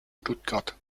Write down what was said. stuttgart